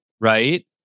right